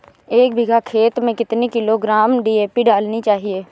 एक बीघा खेत में कितनी किलोग्राम डी.ए.पी डालनी चाहिए?